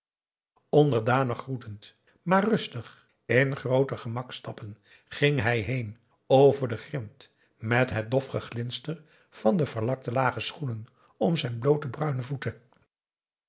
onderdanig groetend maar rustig in groote gemakstappen ging hij heen over de grind met het dof geglinster van de verlakte lage schoenen om zijn bloote bruine voeten